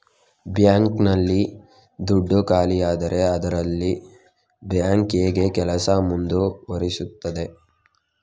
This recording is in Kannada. ಬ್ಯಾಂಕ್ ನಲ್ಲಿ ದುಡ್ಡು ಖಾಲಿಯಾದರೆ ಅದರಲ್ಲಿ ಬ್ಯಾಂಕ್ ಹೇಗೆ ಕೆಲಸ ಮುಂದುವರಿಸುತ್ತದೆ?